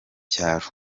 cyaro